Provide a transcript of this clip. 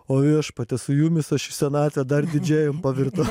o viešpatie su jumis aš į senatvę dar didžėjum pavirtau